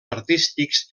artístics